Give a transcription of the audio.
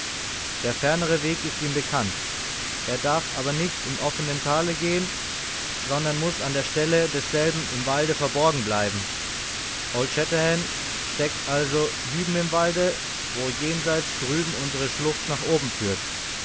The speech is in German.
der fernere weg ist ihm bekannt er darf aber nicht im offenen tale gehen sondern muß an der seite desselben im walde verborgen bleiben old shatterhand steckt also hüben im walde wo jenseits drüben unsere schlucht nach oben führt